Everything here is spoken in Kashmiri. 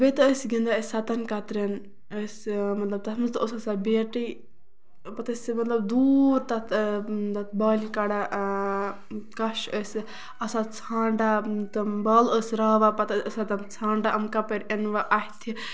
بیٚیہِ تہِ ٲسۍ گِندان أسۍ سَتَن کَترٮ۪ن أسۍ مطلب تتھ منٛز تہِ اوس آسان بیٹھے پَتہٕ ٲسۍ مطلب دوٗر تَتھ تَتھ بالہِ کَڑان کَش ٲسۍ آسان ژھانڈان تِم بالہِ ٲسۍ راوان پَتہٕ ٲسۍ آسان تِم ژھانڈان یِم کَپٲرۍ اَنن وۄنۍ اَتھِ